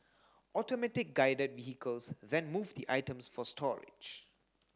Automatic Guided Vehicles then move the items for storage